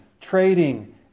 trading